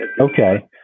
Okay